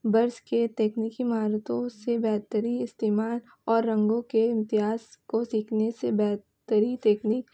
برس کے تیکنیکی مہارتوں سے بہتری استعمال اور رنگوں کے امتیاز کو سیکھنے سے بہتری تیکنیک